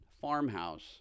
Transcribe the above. farmhouse